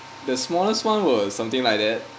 the smallest one was something like that